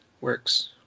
works